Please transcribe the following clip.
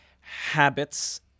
habits